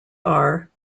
are